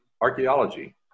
archaeology